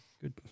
good